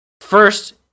first